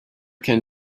can